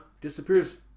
disappears